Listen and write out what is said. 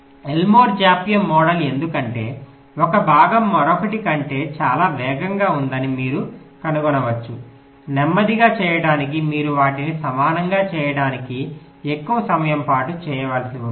Elmore జాప్యం model ఎందుకంటే ఒక భాగం మరొకటి కంటే చాలా వేగంగా ఉందని మీరు కనుగొనవచ్చు నెమ్మదిగా చేయడానికి మీరు వాటిని సమానంగా చేయడానికి ఎక్కువ సమయం పాటు చేయవలసి ఉంటుంది